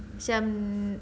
macam